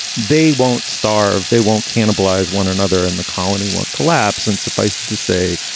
they won't starve, they won't cannibalize one another in the colony, won't collapse. and suffice to say,